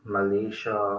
Malaysia